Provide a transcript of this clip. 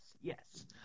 yes